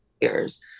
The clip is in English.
Years